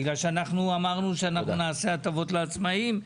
בגלל שאנחנו אמרנו שנעשה הטבות לעצמאים,